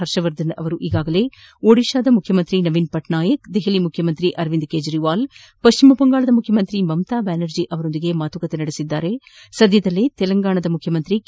ಹರ್ಷವರ್ಧನ್ ಅವರು ಈಗಾಗಲೇ ಒಡಿಶಾ ಮುಖ್ಯಮಂತ್ರಿ ನವೀನ್ ಪಟ್ನಾಯಕ್ ದೆಹಲಿ ಮುಖ್ಯಮಂತ್ರಿ ಅರವಿಂದ್ ಕೇಜ್ರಿವಾಲ್ ಪಶ್ಚಿಮ ಬಂಗಾಳ ಮುಖ್ಯಮಂತ್ರಿ ಮಮತಾ ಬ್ಯಾನರ್ಜಿ ಅವರೊಂದಿಗೆ ಮಾತುಕತೆ ನಡೆಸಿದ್ದು ಸದ್ಯದಲ್ಲೇ ತೆಲಂಗಾಣ ಮುಖ್ಯಮಂತ್ರಿ ಕೆ